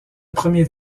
premier